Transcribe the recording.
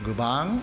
गोबां